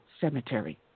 Cemetery